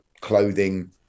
clothing